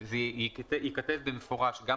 זה ייכתב במפורש, גם